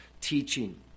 teaching